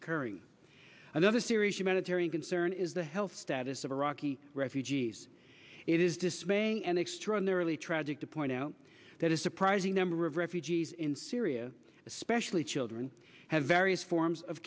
occurring another serious humanitarian concern is the health status of iraqi refugees it is dismaying and extraordinarily tragic to point out that a surprising number of refugees in syria especially children have various forms of